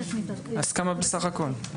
אז כמה בסך הכול?